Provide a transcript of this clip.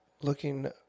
looking